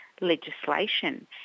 legislation